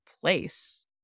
place